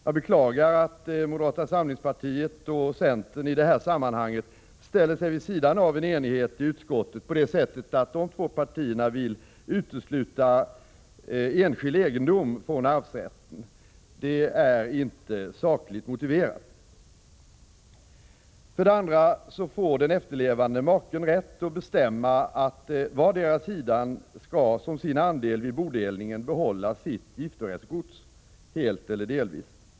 Jag beklagar att moderata samlingspartiet och centerpartiet i det här sammanhanget ställer sig vid sidan av en enighet i utskottet på det sättet att dessa två partier vill utesluta enskild egendom från arvsrätten. Det är inte sakligt motiverat. För det andra får den efterlevande maken rätt att bestämma att vardera sidan skall som sin andel vid bodelningen behålla sitt giftorättsgods — helt eller delvis.